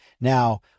now